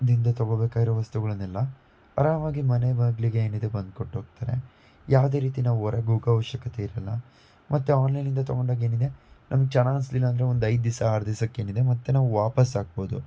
ದಿಂದ ತೊಗೋಬೇಕಾಗಿರೊ ವಸ್ತುಗಳನ್ನೆಲ್ಲ ಅರಾಮಾಗಿ ಮನೆ ಬಾಗಿಲಿಗೆ ಏನಿದೆ ಬಂದು ಕೊಟ್ಟೋಗ್ತಾರೆ ಯಾವುದೇ ರೀತಿ ನಾವು ಹೊರಗ್ ಹೋಗೋ ಅವಶ್ಯಕತೆ ಇರೋಲ್ಲ ಮತ್ತು ಆನ್ಲೈನಿಂದ ತೊಗೊಂಡಾಗ ಏನಿದೆ ನಮಗೆ ಚೆನ್ನಾಗಿ ಅನ್ನಿಸ್ಲಿಲ್ಲ ಅಂದರೆ ಒಂದು ಐದು ದಿವ್ಸ ಆರು ದಿವ್ಸಕ್ಕೇನಿದೆ ಮತ್ತೆ ನಾವು ವಾಪಸ್ ಹಾಕ್ಬೋದು